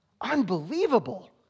Unbelievable